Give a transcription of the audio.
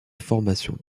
formations